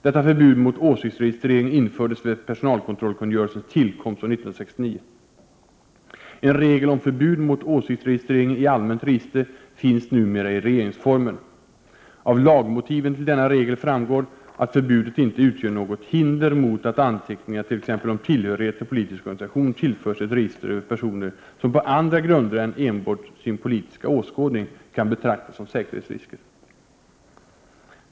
Detta förbud mot åsiktsregistrering infördes vid personalkontrollkungörelsens tillkomst år 1969. En regel om förbud mot åsiktsregistrering i allmänt register finns numera i regeringsformen. Av lagmotiven till denna regel framgår att förbudet inte utgör något hinder mot att anteckningar t.ex. om tillhörighet till politisk organisation tillförs ett register över personer som på andra grunder än enbart sin politiska åskådning kan betraktas som säkerhetsrisker.